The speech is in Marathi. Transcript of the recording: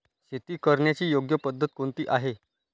शेती करण्याची योग्य पद्धत कोणती आहे?